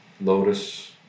Lotus